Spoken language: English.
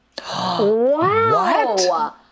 Wow